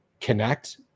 connect